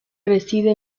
reside